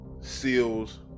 seals